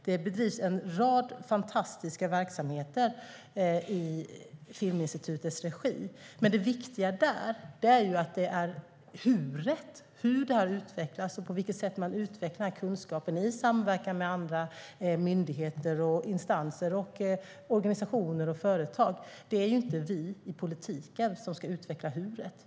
Det bevisar en rad fantastiska verksamheter i Filminstitutets regi. Det viktiga där är hur:et, hur det har utvecklats och på vilket sätt man utvecklar denna kunskap i samverkan med andra myndigheter, instanser, organisationer och företag. Det är inte vi i politiken som ska utveckla hur:et.